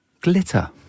glitter